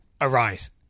arise